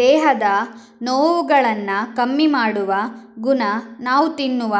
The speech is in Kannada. ದೇಹದ ನೋವುಗಳನ್ನ ಕಮ್ಮಿ ಮಾಡುವ ಗುಣ ನಾವು ತಿನ್ನುವ